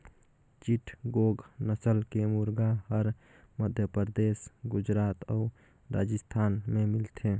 चिटगोंग नसल के मुरगा हर मध्यपरदेस, गुजरात अउ राजिस्थान में मिलथे